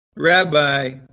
Rabbi